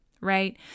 Right